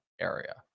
area